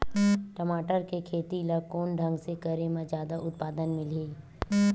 टमाटर के खेती ला कोन ढंग से करे म जादा उत्पादन मिलही?